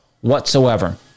whatsoever